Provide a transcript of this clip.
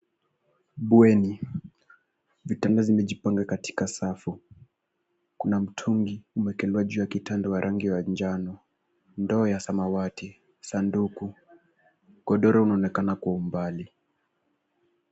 Bweni. Vitanda zimejipanga katika safu. Kuna mtungi umewekelewa juu ya kitanda wa rangi ya njano, ndoo ya samwati, sanduku, godoro linaonekana kwa umbali.